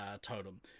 totem